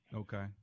okay